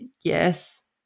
Yes